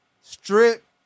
strip